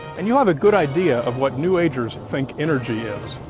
and you'll have a good idea of what new agers think energy is.